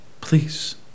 Please